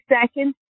second